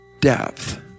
depth